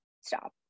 stop